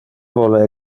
vole